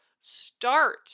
Start